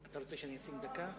אתה רוצה שאני אשים דקה?